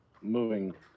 Moving